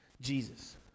Jesus